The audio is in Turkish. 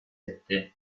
etti